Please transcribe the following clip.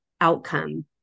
outcome